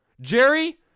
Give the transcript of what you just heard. Jerry